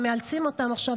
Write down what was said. ומאלצים אותם עכשיו,